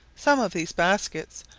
some of these baskets,